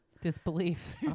disbelief